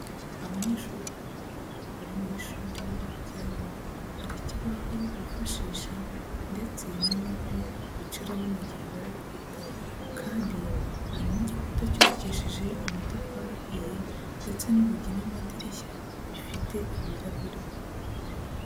Abanyeshuri bari mu ishuri bigiramo, hari ikibaho bifashisha ndetse n'intebe bicaraho mu gihe bari kwiga, kandi hari n'igikuta cyubakishije amatafahiye ndetse n'urugi n'amadirishya bifite ibirahure.